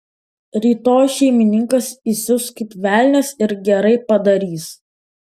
rytoj šeimininkas įsius kaip velnias ir gerai padarys